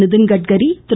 Nitin Gadkari Thiru